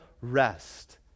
rest